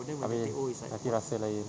habis nanti rasa lain